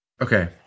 Okay